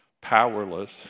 powerless